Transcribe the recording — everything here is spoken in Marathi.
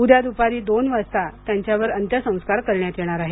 उद्या दुपारी दोन वाजता त्यांच्यावर अंत्यसंस्कार करण्यात येणार आहेत